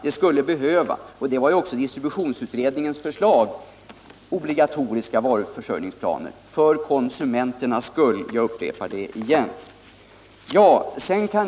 Det skulle behövas — och det var även distributionsutredningens förslag — obligatoriska varuförsörjningsplaner för konsumenternas skull. Jag upprepar det igen.